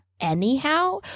anyhow